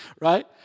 right